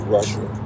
Russia